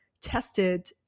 tested